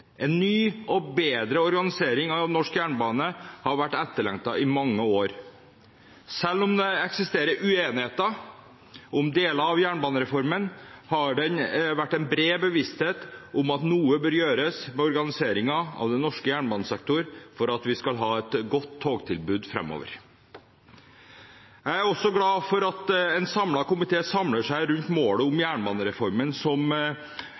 En ny og bedre organisering av norsk jernbane har vært etterlengtet i mange år. Selv om det eksisterer uenigheter om deler av jernbanereformen, har det vært en bred bevissthet om at noe bør gjøres med organiseringen av den norske jernbanesektoren for at vi skal ha et godt togtilbud framover. Jeg er også glad for at en samlet komité samler seg rundt målet med jernbanereformen, som